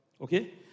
Okay